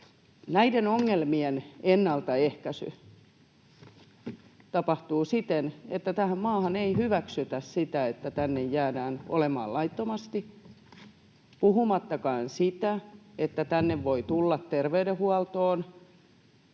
Näiden ongelmien ennaltaehkäisy tapahtuu siten, että tähän maahan ei hyväksytä sitä, että tänne jäädään olemaan laittomasti, puhumattakaan siitä, että tänne voi tulla terveydenhuoltoon